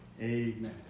amen